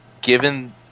given